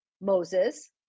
Moses